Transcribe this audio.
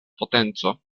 potenco